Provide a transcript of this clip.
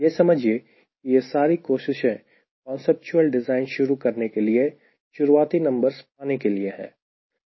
यह समझिए कि यह सारी कोशिशें कांसेप्चुअल डिज़ाइन शुरू करने के लिए शुरुआती नंबर्स पाने के लिए है